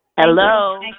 hello